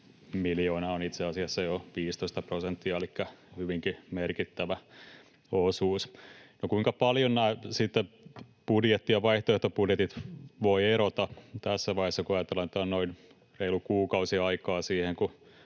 miljoonaa, on itse asiassa jo 15 prosenttia elikkä hyvinkin merkittävä osuus. No kuinka paljon sitten budjetti ja vaihtoehtobudjetit voivat erota tässä vaiheessa, kun ajatellaan, että on noin reilu kuukausi aikaa siihen,